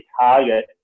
target